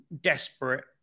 desperate